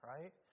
Right